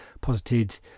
posited